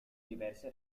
diverse